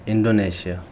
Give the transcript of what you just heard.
Indonesia